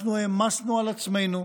אנחנו העמסנו על עצמנו,